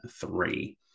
three